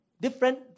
different